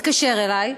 התקשר אלי,